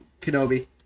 Kenobi